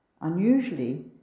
unusually